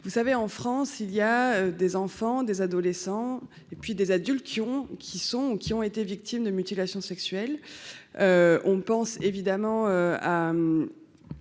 vous savez en France il y a des enfants, des adolescents et puis des adultes qui ont, qui sont, qui ont été victimes de mutilations sexuelles, on pense évidemment à